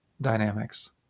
dynamics